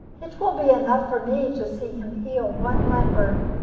it will be enough for me to see him heal one leper.